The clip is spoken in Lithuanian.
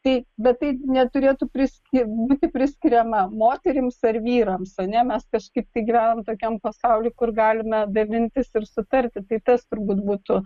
tai bet tai neturėtų priski būti priskiriama moterims ar vyrams ne mes kažkaip gyvenam tokiam pasauly kur galime dalintis ir sutarti tai tas turbūt būtų